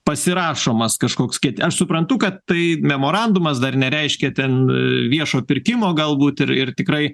pasirašomas kažkoks kitas suprantu kad tai memorandumas dar nereiškia ten viešo pirkimo galbūt ir ir tikrai